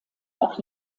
auch